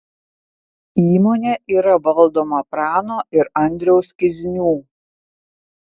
įmonė yra valdoma prano ir andriaus kiznių